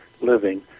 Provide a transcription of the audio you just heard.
living